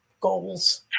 goals